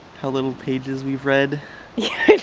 how little pages we've read yeah